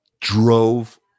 drove